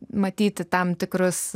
matyti tam tikrus